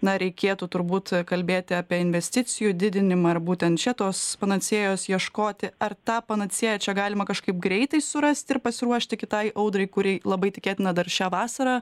na reikėtų turbūt kalbėti apie investicijų didinimą ir būtent šitos panacėjos ieškoti ar tą panacėją čia galima kažkaip greitai surasti ir pasiruošti kitai audrai kuri labai tikėtina dar šią vasarą